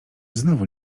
znowu